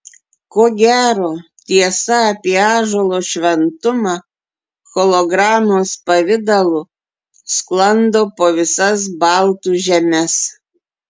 ko gero tiesa apie ąžuolo šventumą hologramos pavidalu sklando po visas baltų žemes